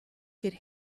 could